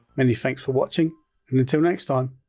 many thanks for watching and until next time,